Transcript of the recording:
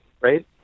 right